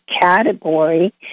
category